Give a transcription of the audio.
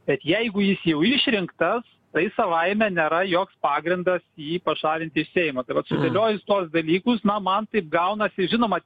bet jeigu jis jau išrinktas tai savaime nėra joks pagrindas jį pašalinti iš seimo tai vat sudėliojus tuos dalykus na man taip gaunasi žinoma